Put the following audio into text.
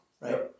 right